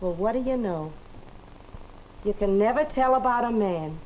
well what do you know you can never tell about a m